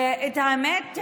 את האמת,